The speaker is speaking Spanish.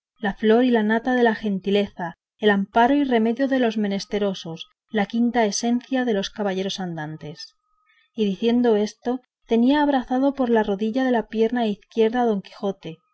la flor y la nata de la gentileza el amparo y remedio de los menesterosos la quintaesencia de los caballeros andantes y diciendo esto tenía abrazado por la rodilla de la pierna izquierda a don quijote